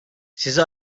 sizi